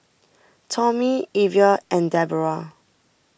Tommy Evia and Deborrah